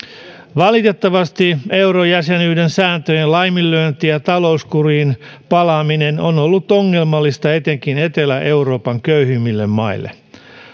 valitettavasti eurojäsenyyden sääntöjen laiminlyönti ja talouskuriin palaaminen on ollut ongelmallista etenkin etelä euroopan köyhimmille maille